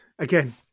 Again